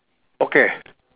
okay